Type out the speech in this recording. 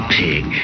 pig